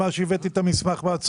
המסמך שהבאתי מהצבא.